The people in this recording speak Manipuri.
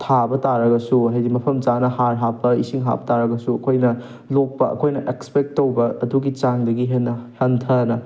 ꯊꯥꯕ ꯇꯥꯔꯒꯁꯨ ꯍꯥꯏꯗꯤ ꯃꯐꯝ ꯆꯥꯅ ꯍꯥꯔ ꯍꯥꯞꯄ ꯏꯁꯤꯡ ꯍꯥꯞ ꯇꯥꯔꯒꯁꯨ ꯑꯩꯈꯣꯏꯅ ꯂꯣꯛꯄ ꯑꯩꯈꯣꯏꯅ ꯑꯦꯛꯁꯄꯦꯛ ꯇꯧꯕ ꯑꯗꯨꯒꯤ ꯆꯥꯡꯗꯒꯤ ꯍꯦꯟꯅ ꯍꯟꯊꯅ